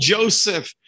Joseph